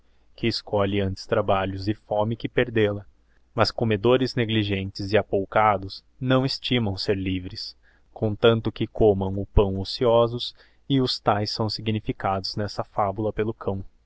que escolhe antes trabalhos e fome que perdela mas come fabulas dores negligentes e apoucados não eslimão ser livres com tanto que comão o pão ociosos e os taes são significados nesta fabula pelo cão